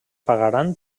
pagaran